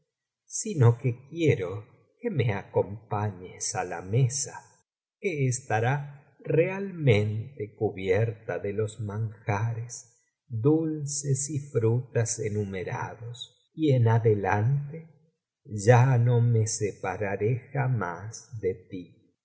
sino que quiero que me acompañes á la mesa que estará realmente cubierta de los manjares dulces y frutas enumerados y en adelante ya no me separaré jamás de ti